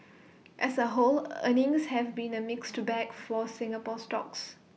as A whole earnings have been A mixed bag for Singapore stocks